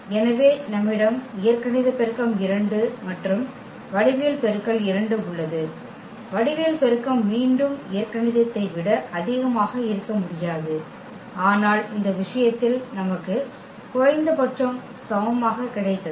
எனவே நம்மிடம் இயற்கணித பெருக்கம் 2 மற்றும் வடிவியல் பெருக்கல் 2 உள்ளது வடிவியல் பெருக்கம் மீண்டும் இயற்கணிதத்தை விட அதிகமாக இருக்க முடியாது ஆனால் இந்த விஷயத்தில் நமக்கு குறைந்தபட்சம் சமமாக கிடைத்தது